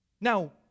Now